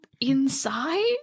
inside